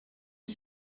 qui